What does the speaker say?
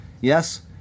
Yes